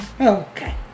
Okay